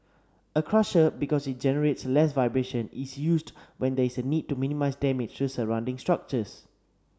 a crusher because it generates less vibration is used when there is a need to minimise damage to surrounding structures